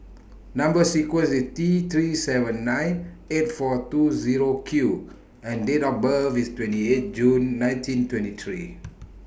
Number sequence IS T three seven nine eight four two Zero Q and Date of birth IS twenty eight June nineteen twenty three